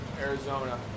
Arizona